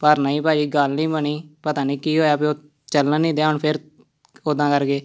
ਪਰ ਨਹੀਂ ਭਾਅ ਜੀ ਗੱਲ ਨਹੀਂ ਬਣੀ ਪਤਾ ਨਹੀਂ ਕੀ ਹੋਇਆ ਵੀ ਉਹ ਚੱਲਣ ਨਹੀਂ ਦਿਆ ਹੁਣ ਫਿਰ ਉਦਾਂ ਕਰਕੇ